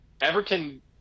Everton